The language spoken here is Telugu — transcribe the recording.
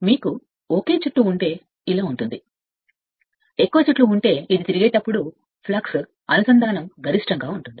మీకు ఎక్కువ చుట్లు ఉంటే మీకు ఒకే చుట్టు ఉంటే కాబట్టి ఈ స్థానం తిరిగేటప్పుడు ఫ్లక్స్ అనుసంధానం గరిష్టంగా ఉంటుంది